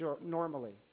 normally